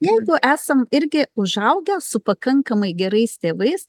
jeigu esam irgi užaugę su pakankamai gerais tėvais